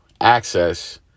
access